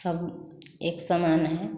सब एक समान है